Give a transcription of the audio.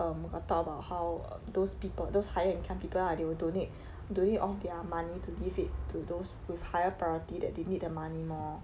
um got talk about how those people those higher income people lah they will donate donate off their money to give it to those with higher priority that they need the money more